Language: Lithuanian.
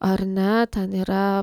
ar ne ten yra